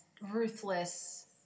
ruthless